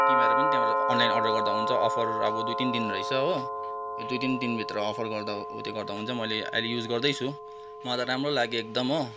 तिमीहरू पनि त्यहाँनिर अनलाइन अर्डर गर्दा हुन्छ अफर अब दुई तिन दिन रहेछ हो यो दुई तिन दिनभित्र अफर गर्दा उत्यो गर्दा हुन्छ मैले अहिले युज गर्दैछु मलाई त राम्रो लाग्यो एकदम हो